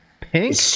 pink